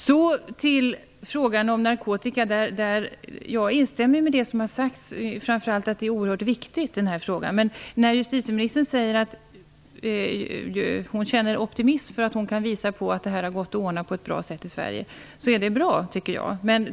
Så till frågan om narkotika, där jag instämmer i det som sagts, framför allt att frågan är viktig. Justitieministern säger att hon känner optimism därför att hon kan visa på att det har gått att ordna frågan på ett bra sätt i Sverige. Det tycker jag är bra.